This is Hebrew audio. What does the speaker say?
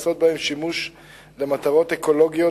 ואת היכולת לעשות בהם שימוש למטרות אקולוגיות,